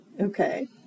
Okay